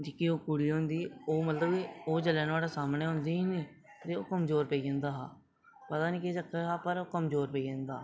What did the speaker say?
जेह्की ओह् कुड़ी होंदी ओह् मतलब कि ओह् जेलै नुआढ़े सामने होंदी नी ते ओह् कमजोर पेई जंदा हा पता नेईं केह् चक्कर हा पर ओह् कमजोर पेई जंदा हा